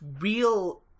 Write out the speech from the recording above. real